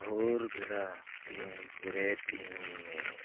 ᱵᱷᱳᱨ ᱵᱮᱲᱟ ᱤᱧ ᱵᱮᱨᱮᱫ ᱤᱧ ᱢᱮ